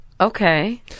Okay